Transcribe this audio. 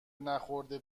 نخورده